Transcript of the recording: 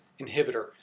inhibitor